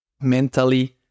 mentally